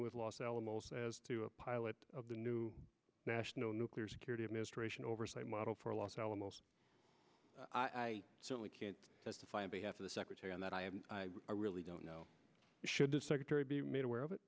with los alamos as to a pilot of the new national nuclear security administration oversight model for los alamos i certainly can't testify on behalf of the secretary on that i really don't know should the secretary be made aware of it